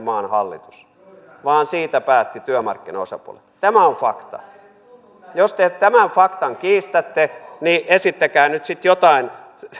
maan hallitus vaan siitä päättivät työmarkkinaosapuolet tämä on fakta jos te tämän faktan kiistätte niin esittäkää nyt sitten jotain